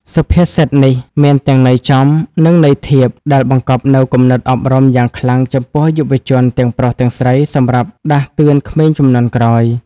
សុភាសិតនេះមានទាំងន័យចំ និងន័យធៀប ដែលបង្កប់នូវគំនិតអប់រំយ៉ាងខ្លាំងចំពោះយុវជនទាំងប្រុសទាំងស្រី សម្រាប់ដាស់តឿនក្មេងជំនាន់ក្រោយ។